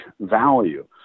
value